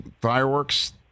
fireworks